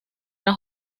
era